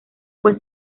fue